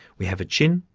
we have a chin.